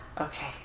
Okay